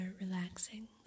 relaxing